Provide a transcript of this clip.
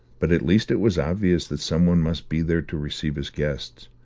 but at least it was obvious that some one must be there to receive his guests.